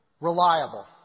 reliable